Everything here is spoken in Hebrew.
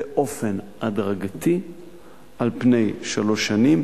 באופן הדרגתי על פני שלוש שנים,